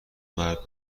مرد